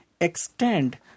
extend